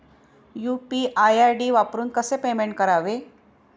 UPI ID वापरून कसे payment करावे?